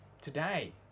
today